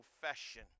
profession